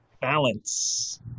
balance